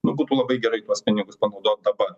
nu būtų labai gerai tuos pinigus panaudot dabar